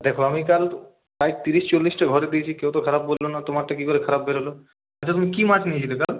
দেখো আমি কাল প্রায় তিরিশ চল্লিশটা ঘরে দিয়েছি কেউ তো খারাপ বলল না তোমারটা কী করে খারাপ বেরোল আচ্ছা তুমি কী মাছ নিয়েছিলে কাল